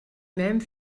même